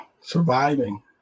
surviving